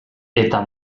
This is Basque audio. eta